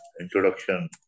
introduction